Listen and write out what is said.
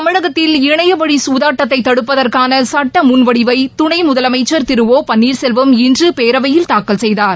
தமிழகத்தில் இணையவழி சூதாட்டத்தை தடுப்பதற்கான சுட்ட முன் வடிவை துணை முதலமைச்சர் திரு ஒ பன்னீர்செல்வம் இன்று பேரவையில் தாக்கல் செய்தார்